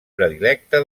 predilecte